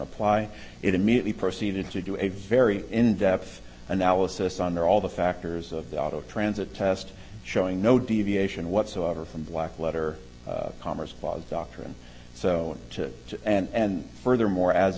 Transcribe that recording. apply it immediately proceeded to do a very in depth analysis on their all the factors of the auto transit test showing no deviation whatsoever from black letter commerce fog doctrine so to and furthermore as